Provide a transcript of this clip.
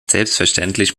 selbstverständlich